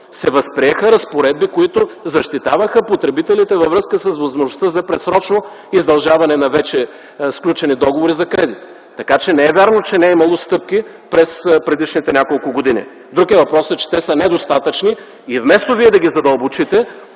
се възприеха разпоредби, които защитаваха потребителите във връзка с възможността за предсрочно издължаване на вече сключени договори за кредит. Така, че не е вярно, че не е имало стъпки през предишните няколко години. Друг е въпросът, че те са недостатъчни. И вместо Вие да ги задълбочите,